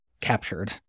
captured